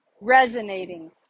resonating